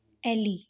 ally